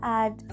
add